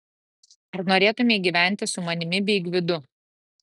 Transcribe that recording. ar norėtumei gyventi su manimi bei gvidu